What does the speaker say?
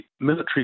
military